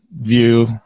view